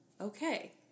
okay